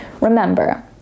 Remember